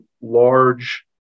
large